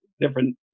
different